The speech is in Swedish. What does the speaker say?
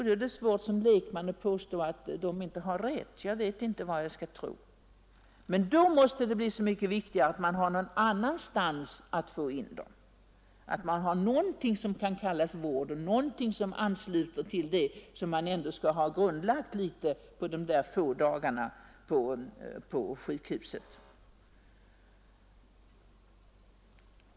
Då är det svårt för en lekman att påstå att dessa läkare inte har rätt — jag vet inte vad jag skall tro. Men då är det i alla fall så mycket viktigare att man kan ta in dem någon annanstans, att man har någonting som kan kallas vård och som ansluter till det som ändå skall ha grundlagts under de där få dagarna på sjukhuset.